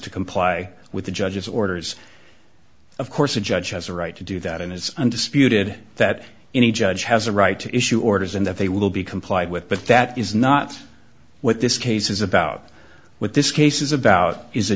to comply with the judge's orders of course a judge has a right to do that and it's undisputed that any judge has a right to issue orders and that they will be complied with but that is not what this case is about what this case is about is a